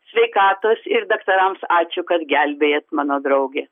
sveikatos ir daktarams ačiū kad gelbėjat mano draugę